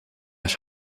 haya